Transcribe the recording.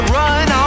run